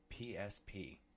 PSP